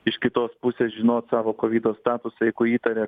iš kitos pusės žinot savo kovido statusą jeigu įtaria